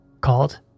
called